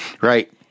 Right